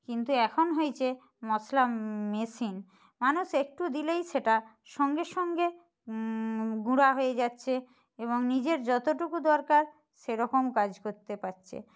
কিন্তু এখন হয়েছে মশলা মেশিন মানুষ একটু দিলেই সেটা সঙ্গে সঙ্গে গুঁড়ো হয়ে যাচ্ছে এবং নিজের যতটুকু দরকার সে রকম কাজ করতে পারছে